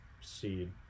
seed